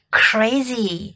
crazy